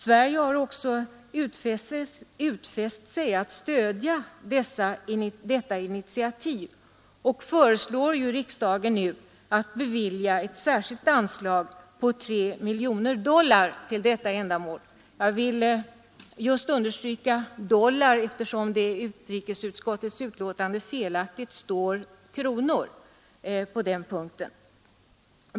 Sverige har också utfäst sig att stödja detta initiativ och regeringen föreslår nu riksdagen att bevilja ett särskilt anslag på 3 miljoner dollar till detta ändamål. Jag vill understryka att det gäller dollar, eftersom det i utrikesutskottets betänkande felaktigt står ”kronor” på den punkten.